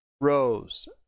rows